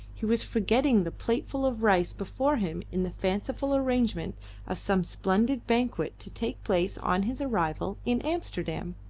he was forgetting the plateful of rice before him in the fanciful arrangement of some splendid banquet to take place on his arrival in amsterdam.